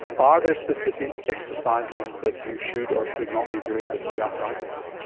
are there specific exercises that you should or should not be doing with knee arthritis?